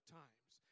times